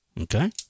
Okay